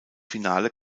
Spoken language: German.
finale